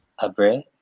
Abre